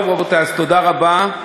רבותי, תודה רבה.